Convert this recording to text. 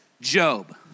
Job